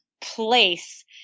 place